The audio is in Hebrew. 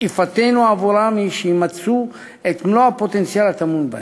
ושאיפתנו עבורם היא שימצו את מלוא הפוטנציאל הטמון בהם.